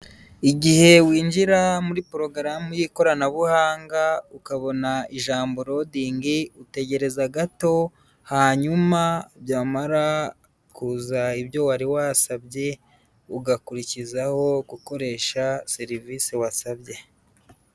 Igihe winjira muri porogaramu y'ikoranabuhanga ukabona ijambo rodingi utegereza gato hanyuma byamara kuza ibyo wari wasabye ugakurikizaho gukoresha serivise wasabye.